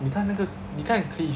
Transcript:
你看那个你看 cliff